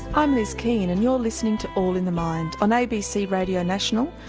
i'm liz keen and you're listening to all in the mind on abc radio national,